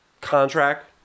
contract